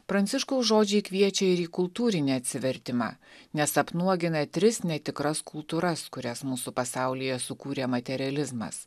pranciškaus žodžiai kviečia ir į kultūrinį atsivertimą nes apnuogina tris netikras kultūras kurias mūsų pasaulyje sukūrė materializmas